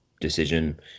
decision